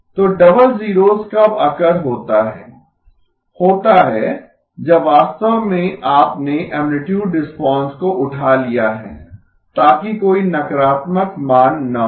तो double zeros कब occur होता है होता है जब वास्तव में आपने ऐमप्लितुड रिस्पांस को उठा लिया हैं ताकि कोई नकारात्मक मान न हो